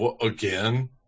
again